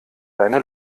deine